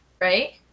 Right